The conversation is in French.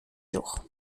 jour